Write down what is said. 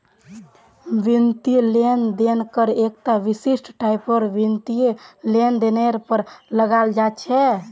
वित्तीय लेन देन कर एकता विशिष्ट टाइपेर वित्तीय लेनदेनेर पर लगाल जा छेक